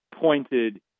pointed